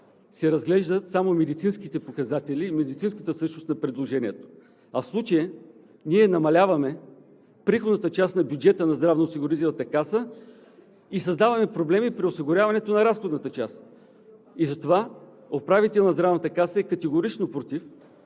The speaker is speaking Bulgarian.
се разглеждат само медицинските показатели и медицинската същност на предложението. В случая намаляваме приходната част на бюджета на Здравноосигурителната каса и създаваме проблеми при осигуряването на разходната част и затова управителят на Здравната каса е категорично против,